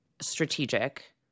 strategic